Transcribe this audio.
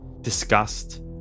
Disgust